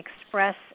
express